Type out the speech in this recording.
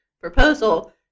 proposal